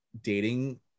dating